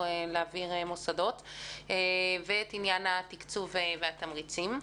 מוסדות; ואת עניין התקצוב והתמריצים.